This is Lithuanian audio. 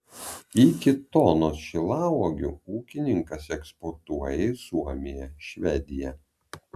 iki tonos šilauogių ūkininkas eksportuoja į suomiją švediją